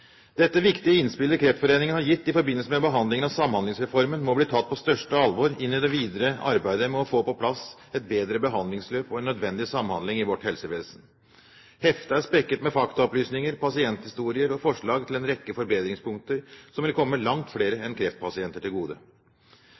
Dette viktige innspillet Kreftforeningen har gitt i forbindelse med behandlingen av Samhandlingsreformen, må bli tatt på største alvor inn i det videre arbeidet med å få på plass et bedre behandlingsløp og en nødvendig samhandling i vårt helsevesen. Heftet er spekket med faktaopplysninger, pasienthistorier og forslag til en rekke forbedringspunkter, som vil komme langt flere enn kreftpasienter til gode.